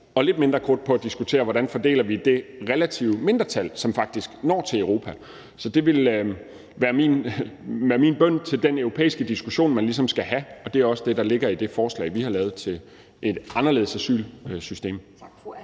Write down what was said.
og lidt mindre krudt på at diskutere, hvordan vi fordeler det relativt lille mindretal, som faktisk når til Europa. Så det vil være min bøn til den europæiske diskussion, man ligesom skal have, og det er også det, der ligger i det forslag, vi har lavet til et anderledes asylsystem.